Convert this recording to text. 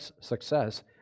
success